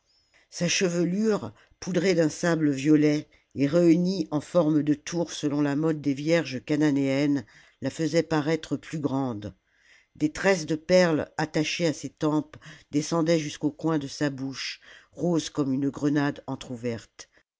sa chevelure poudrée d'un sable violet et réunie en forme de tour selon la mode des vierges chananéennes la faisait paraître plus grande des tresses de perles attachées à ses tempes descendaient jusqu'aux coins de sa bouche rose comme une grenade entr'ouverte